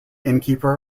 innkeeper